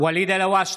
ואליד אלהואשלה,